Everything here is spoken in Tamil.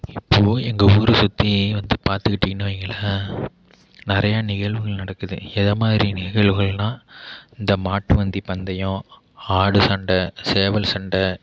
இப்போது எங்கள் ஊரை சுற்றி வந்து பார்த்துக்கிட்டீங்ன்ன நிறைய நிகழ்வுகள் நடக்குது எது மாதிரி நிகழ்வுகள்ன்னா இந்த மாட்டு வண்டி பந்தயம் ஆடு சண்டை சேவல் சண்டை